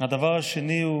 הדבר השני הוא